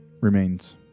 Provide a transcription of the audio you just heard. remains